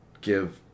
give